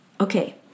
Okay